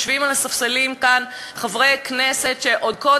יושבים על הספסלים כאן חברי כנסת שעוד לפני